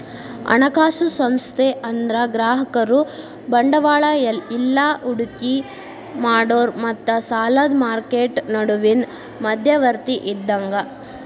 ಹಣಕಾಸು ಸಂಸ್ಥೆ ಅಂದ್ರ ಗ್ರಾಹಕರು ಬಂಡವಾಳ ಇಲ್ಲಾ ಹೂಡಿಕಿ ಮಾಡೋರ್ ಮತ್ತ ಸಾಲದ್ ಮಾರ್ಕೆಟ್ ನಡುವಿನ್ ಮಧ್ಯವರ್ತಿ ಇದ್ದಂಗ